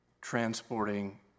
transporting